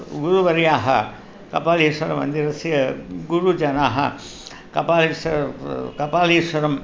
गुरुवर्याः कपालीश्वरमन्दिरस्य गुरुजनाः कपालीश्वर ब् कपालीश्वरम्